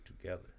together